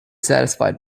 satisfied